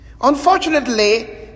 Unfortunately